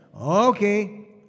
Okay